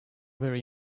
very